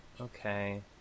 Okay